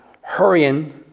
hurrying